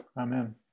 Amen